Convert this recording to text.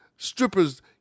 Strippers